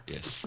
Yes